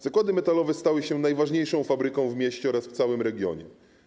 Zakłady metalowe stały się najważniejszą fabryką w mieście oraz w całym regionie.